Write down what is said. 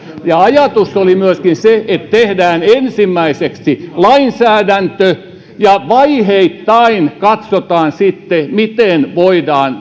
ja ajatuksena oli myöskin se että tehdään ensimmäiseksi lainsäädäntö ja vaiheittain katsotaan sitten miten voidaan